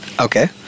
Okay